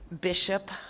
bishop